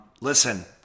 Listen